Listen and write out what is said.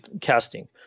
casting